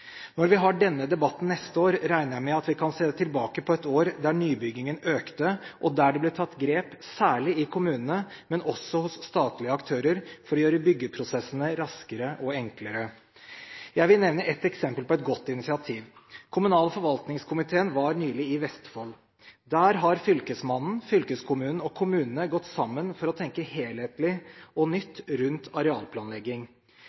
Når vi har denne debatten neste år, regner jeg med at vi kan se tilbake på et år der nybyggingen økte, og der det ble tatt grep – særlig i kommunene, men også hos statlige aktører – for å gjøre byggeprosessene raskere og enklere. Jeg vil nevne et eksempel på et godt initiativ. Kommunal- og forvaltningskomiteen var nylig i Vestfold. Der har fylkesmannen, fylkeskommunen og kommunene gått sammen for å tenke helhetlig og